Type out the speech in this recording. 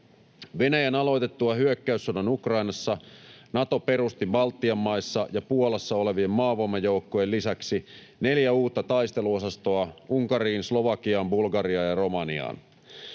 Venäjän aloitettua hyökkäyssodan Ukrainassa Nato perusti Baltian maissa ja Puolassa olevien maavoimajoukkojen lisäksi neljä uutta taisteluosastoa Unkariin, Slovakiaan, Bulgariaan ja Romaniaan,